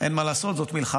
אין מה לעשות, זאת מלחמה,